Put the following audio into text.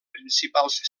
principals